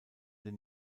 den